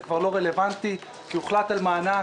זה כבר לא רלוונטי כי הוחלט על מענק,